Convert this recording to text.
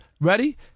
Ready